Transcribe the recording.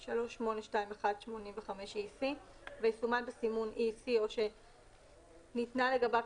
EEC 3821/85 המסומן בסימוןEEC או שניתנה לגביו